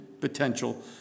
potential